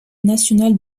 nationale